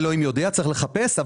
אלוהים יודע, צריך לחפש.